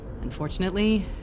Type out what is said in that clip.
Unfortunately